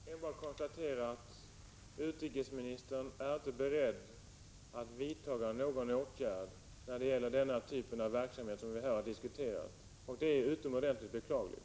Herr talman! Jag kan mot den här bakgrunden enbart konstatera att utrikesministern inte är beredd att vidta någon åtgärd när det gäller den typ av verksamhet som vi här har diskuterat. Det är utomordentligt beklagligt.